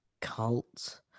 cult